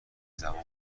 زبان